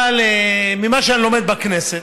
אבל ממה שאני לומד בכנסת,